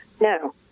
no